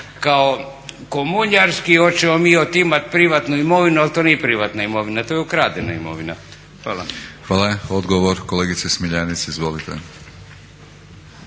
kao komunjarski hoćemo mi otimat privatnu imovinu ali to nije privatna imovina, to je ukradena imovina. Hvala. **Batinić, Milorad (HNS)** Hvala. Odgovor, kolegice Smiljanec izvolite.